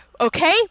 okay